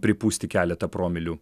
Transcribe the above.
pripūsti keletą promilių